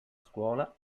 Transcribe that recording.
scuola